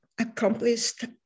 accomplished